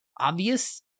obvious